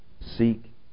seek